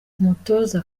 umutoza